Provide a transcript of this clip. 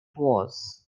was